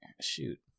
Shoot